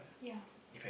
yeah